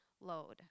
load